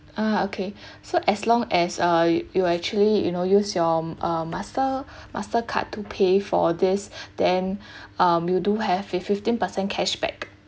ah okay so as long as err you actually you know use your um master Mastercard to pay for this then um you do have free fifteen percent cash back